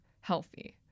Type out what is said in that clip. healthy